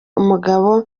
umugabo